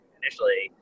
initially